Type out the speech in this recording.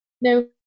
No